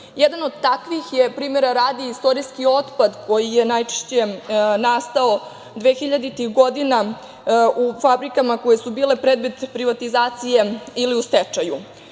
Jedan od takvih je, primera radi, istorijski otpad koji je najčešće nastao dvehiljaditih godina u fabrikama koje su bile predmet privatizacije ili u stečaju.